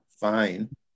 fine